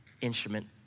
instrument